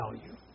value